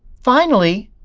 finally,